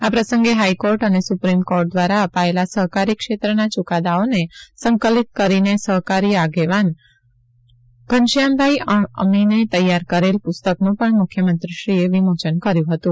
આ પ્રસંગે હાઈકોર્ટ અને સુપ્રીમકોર્ટ દ્વારા અપાયેલા સહકારી ક્ષેત્રના ચૂકાદાઓને સંકલિત કરીને સહકારી આગેવાન ઘનશ્યામભાઈ અમીને તૈયાર કરેલ પ્રસ્તક પણ મુખ્યમંત્રીએ વિમોચન કર્યું હતું